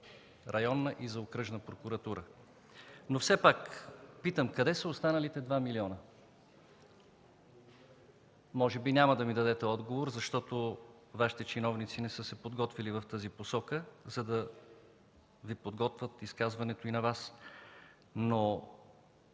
Районната и за Окръжната прокуратура. Но все пак питам: къде са останалите 2 милиона? Може би няма да ми дадете отговор, защото Вашите чиновници не са се подготвили в тази посока, за да подготвят изказването и на Вас. Дано